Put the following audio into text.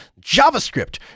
JavaScript